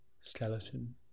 skeleton